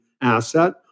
asset